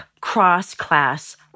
cross-class